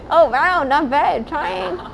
oh !wow! not bad trying